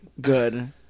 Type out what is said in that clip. Good